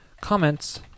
comments